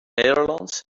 nederlands